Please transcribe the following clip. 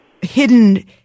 hidden